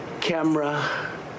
camera